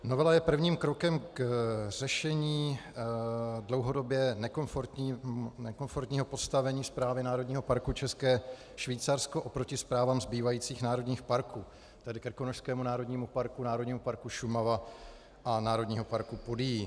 Novela je prvním krokem k řešení dlouhodobě nekomfortního postavení Správy Národního parku České Švýcarsko oproti správám zbývajících národních parků, tedy Krkonošského národního praku, Národního parku Šumava a Národního parku Podyjí.